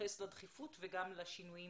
בהתייחס לדחיפות וגם לשינויים